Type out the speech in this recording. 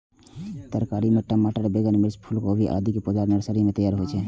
तरकारी मे टमाटर, बैंगन, मिर्च, फूलगोभी, आदिक पौधा नर्सरी मे तैयार होइ छै